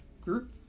group